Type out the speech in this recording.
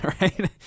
right